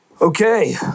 Okay